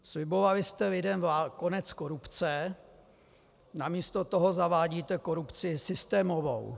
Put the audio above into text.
Slibovali jste lidem konec korupce, namísto toho zavádíte korupci systémovou.